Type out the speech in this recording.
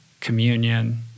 communion